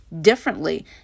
differently